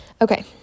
Okay